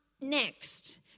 next